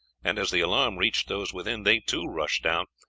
and as the alarm reached those within, they too rushed down,